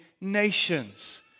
nations